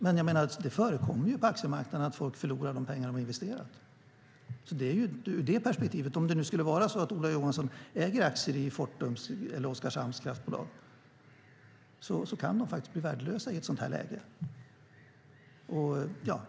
Men jag menar att det förekommer på aktiemarknaden att folk förlorar de pengar de har investerat. Låt oss säga att det nu skulle vara så att Ola Johansson äger aktier i Fortum eller Oskarshamns kraftbolag. De kan faktiskt bli värdelösa i ett sådant här läge.